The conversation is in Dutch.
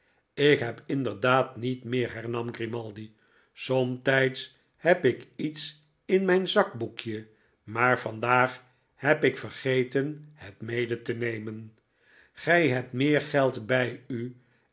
ik heb inderdaad niet meer hernam grimaldi somtijds heb ik ietsinmijn zakboekje maar vandaag heb ik vergeten het mede te nemen gij hebt meer geld bij u